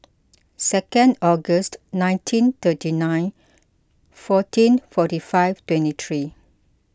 second August nineteen thirty nine fourteen forty five twenty three